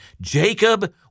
Jacob